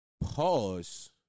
Pause